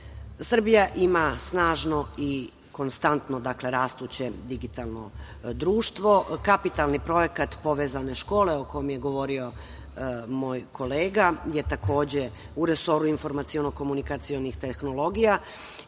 dakle, ima snažno i konstantno rastuće digitalno društvo. Kapitalni Projekat „Povezane škole“, o kom je govorio moj kolega, takođe je u resoru informaciono-komunikacionih tehnologija